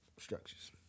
Structures